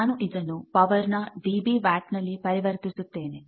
ನಾನು ಇದನ್ನು ಪವರ್ನ ಡಿಬಿ ವ್ಯಾಟ್ ನಲ್ಲಿ ಪರಿವರ್ತಿಸುತ್ತೇನೆ